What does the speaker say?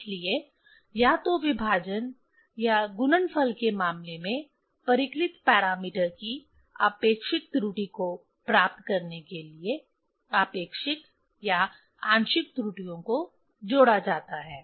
इसलिए या तो विभाजन या गुणनफल के मामले में परिकलित पैरामीटर की आपेक्षिक त्रुटि को प्राप्त करने के लिए आपेक्षिक या आंशिक त्रुटियों को जोड़ा जाता है